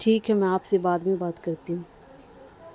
ٹھیک ہے میں آپ سے بعد میں بات کرتی ہوں